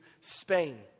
Spain